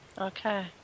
okay